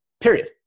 Period